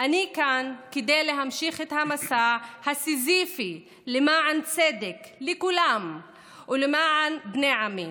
אני כאן כדי להמשיך את המסע הסיזיפי למען צדק לכולם ולמען בני עמי,